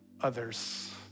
others